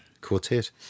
quartet